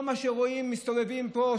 לא מה שרואים שמסתובבים פה,